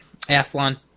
Athlon